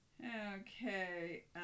Okay